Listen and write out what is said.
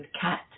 cat